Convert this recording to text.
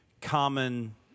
common